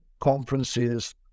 conferences